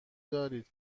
دارید